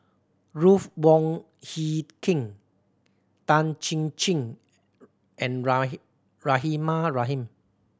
Ruth Wong Hie King Tan Chin Chin and Rahimah Rahim